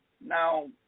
now